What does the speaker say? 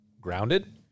grounded